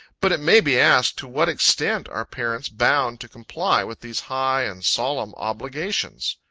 but it may be asked, to what extent are parents bound to comply with these high and solemn obligations?